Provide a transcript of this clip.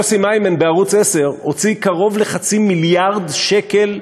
יוסי מימן בערוץ 10 הוציא קרוב לחצי מיליארד שקל,